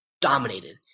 Dominated